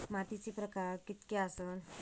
मातीचे प्रकार कितके आसत?